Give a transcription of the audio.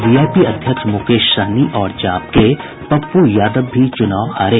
VIP अध्यक्ष मुकेश सहनी और जाप के पप्पू यादव भी चुनाव हारे